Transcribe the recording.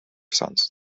sons